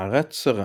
מערת שרה